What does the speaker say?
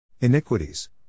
Iniquities